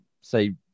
say